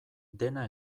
dena